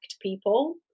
people